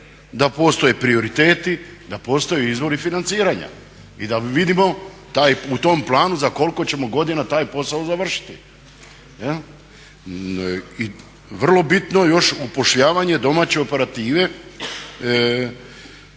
da postoje prioriteti, da postoje izvori financiranja i da vidimo u tom planu za kliko ćemo godina taj posao završiti. I vrlo bitno još upošljavanje domaće operative,